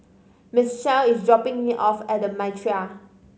Michell is dropping me off at The Mitraa